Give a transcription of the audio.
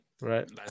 right